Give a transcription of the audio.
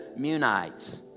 Munites